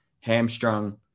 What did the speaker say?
hamstrung